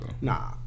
Nah